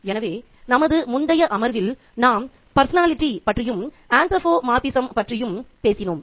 எனவே நமது முந்தைய அமர்வில் நாம் பர்சனாலிட்டி பற்றியும் ஆன்த்ரபோமார்பிசம் பற்றியும் பேசினோம்